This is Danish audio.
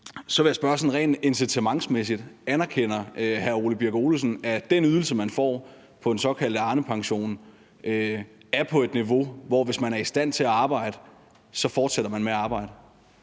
Så vil jeg spørge sådan rent incitamentsmæssigt: Anerkender hr. Ole Birk Olesen, at den ydelse, man får på den såkaldte Arnepension, er på et niveau, hvor man, hvis man er i stand til at arbejde, så fortsætter med at arbejde?